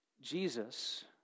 Jesus